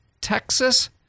Texas